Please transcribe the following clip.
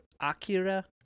Akira